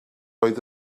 oedd